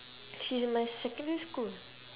she is my secondary school